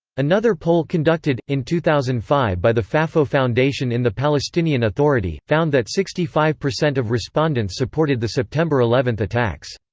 another poll conducted, in two thousand and five by the fafo foundation in the palestinian authority, found that sixty five percent of respondents supported the september eleven attacks.